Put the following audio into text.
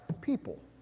People